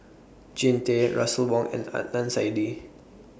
Jean Tay Russel Wong and Adnan Saidi